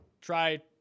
try